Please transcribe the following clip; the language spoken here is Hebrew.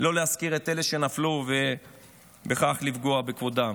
לא להזכיר את אלה שנפלו ובכך לפגוע בכבודם.